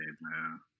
man